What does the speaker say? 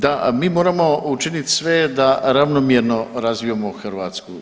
Da, mi moramo učiniti sve da ravnomjerno razvijemo Hrvatsku.